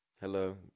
Hello